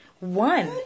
one